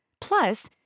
Plus